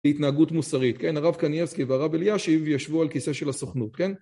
להתנהגות מוסרית כן הרב קניאבסקי והרב אליאשיב ישבו על כיסא של הסוכנות כן